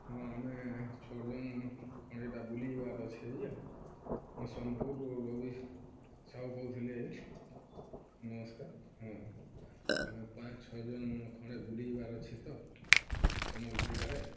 ହଁ ଆମେ ଛଅ ଜଣ ଖଣ୍ଡେ ଇଟା ବୁଲିିବାର୍ ଅଛେ ଯେ ମୁଇଁ ସୋନ୍ପୁର୍ରୁ ରବି ସାହୁ କହୁଥିଲି ଆଜ୍ଞା ନମସ୍କାର୍ ହଁ ଆମେ ପାଞ୍ଚ ଛଅ ଜଣ ଖଣ୍ଡେ ବୁଲିିବାର୍ ଅଛେ ତ ସମ୍ବଲପୁର୍ ଆଡ଼େ